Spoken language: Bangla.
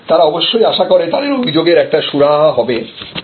তারা অবশ্যই আশা করে তাদের অভিযোগের একটা সুরাহা হবে